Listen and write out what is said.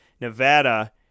Nevada